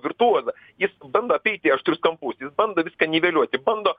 virtuozą jis bando apeiti aštrius kampus bando viską niveliuoti bando